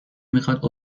میخواد